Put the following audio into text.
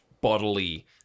bodily